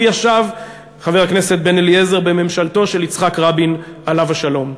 הוא ישב בממשלתו של יצחק רבין, עליו השלום.